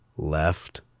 Left